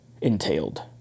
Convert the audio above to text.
entailed